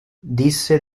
disse